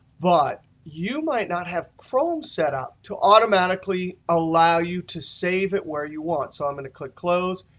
but you might not have chrome set up to automatically allow you to save it where you want. so i'm in a click close.